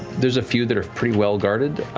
there's a few that are pretty well-guarded.